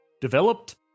developed